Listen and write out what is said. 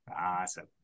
Awesome